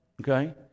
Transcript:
Okay